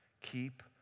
Keep